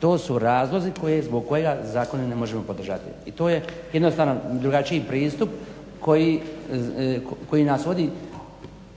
to su razlozi zbog kojih zakon ne možemo podržati. I to je jednostavno drugačiji pristup koji nas vodi